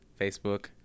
Facebook